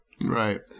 Right